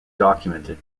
documented